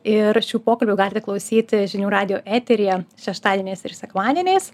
ir šių pokalbių galite klausyti žinių radijo eteryje šeštadieniais ir sekmadieniais